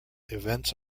events